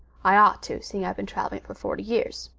i ought to, seeing i've been traveling it for forty years.